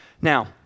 Now